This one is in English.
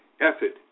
effort